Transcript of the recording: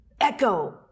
echo